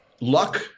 luck